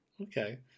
Okay